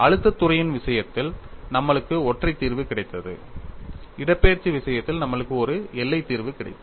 அழுத்தத் துறையின் விஷயத்தில் நம்மளுக்கு ஒற்றை தீர்வு கிடைத்தது இடப்பெயர்ச்சி விஷயத்தில் நம்மளுக்கு ஒரு எல்லை தீர்வு கிடைத்தது